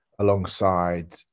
alongside